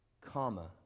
comma